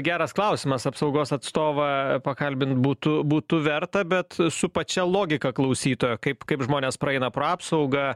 geras klausimas apsaugos atstovą pakalbint būtų būtų verta bet su pačia logika klausytojo kaip kaip žmonės praeina pro apsaugą